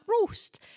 roast